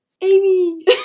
Amy